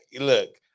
look